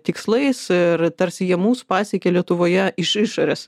tikslais ir tarsi jie mus pasiekė lietuvoje iš išorės